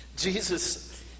Jesus